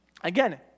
Again